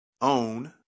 own